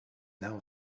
now